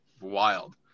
wild